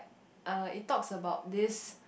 uh it talks about this